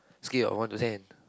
scale of one to ten